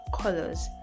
colors